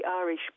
Irish